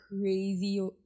crazy